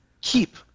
keep